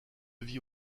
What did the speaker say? vit